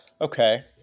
Okay